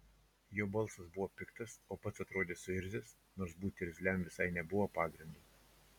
jo balsas buvo piktas o pats atrodė suirzęs nors būti irzliam visai nebuvo pagrindo